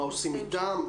מה עושים איתם.